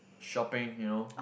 shopping you know